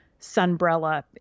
sunbrella